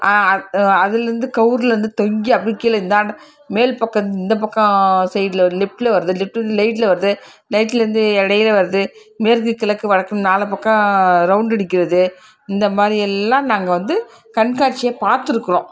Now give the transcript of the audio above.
ஆ அத் அதில் இருந்து கவூரில் இருந்து தொங்கி அப்படியே கீழே இந்தாண்ட மேல் பக்கம் இந் இந்தப்பக்கம் சைடில் லெப்ட்டில் வருது லெப்ட்டு லைட்டில் வருது நைட்டில் இருந்து இடையில வருது மேற்கு கிழக்கு வடக்கு நாலா பக்கம் ரவுண்டு அடிக்கிறது இந்த மாதிரி எல்லாம் நாங்கள் வந்து கண்காட்சியை பார்த்துருக்குறோம்